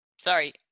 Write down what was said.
Sorry